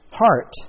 heart